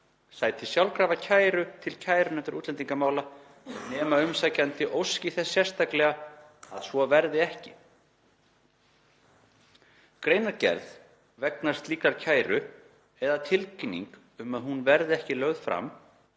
sæti sjálfkrafa kæru til kærunefndar útlendingamála nema umsækjandi óski þess sérstaklega að svo verði ekki. Greinargerð vegna slíkrar kæru, eða tilkynning um að hún verði ekki lögð fram,